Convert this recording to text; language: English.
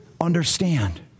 understand